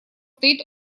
стоит